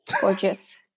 gorgeous